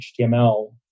HTML